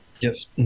Yes